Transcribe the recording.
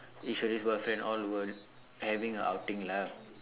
each of these boyfriend all were having a outing lah